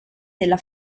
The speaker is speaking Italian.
della